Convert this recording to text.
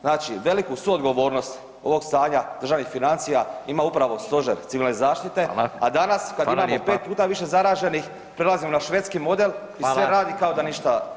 Znači veliku suodgovornost ovog stanja državnih financija ima upravo Stožer civilne zaštite, a danas kada imamo pet puta više zaraženih prelazimo na švedski model i sve radi kao da ništa